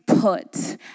put